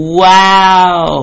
wow